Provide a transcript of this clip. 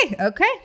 Okay